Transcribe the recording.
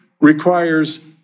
requires